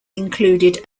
included